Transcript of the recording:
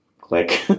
Click